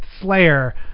Slayer